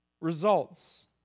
results